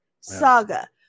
saga